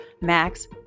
Max